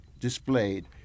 displayed